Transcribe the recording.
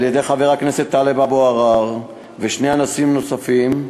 על-ידי חבר הכנסת טלב אבו עראר ושני אנשים נוספים.